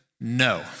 No